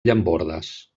llambordes